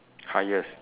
highest